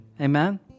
Amen